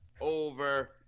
over –